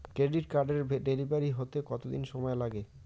Credit কার্ডের delivery হতে কতদিন সময় লাগে?